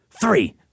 Three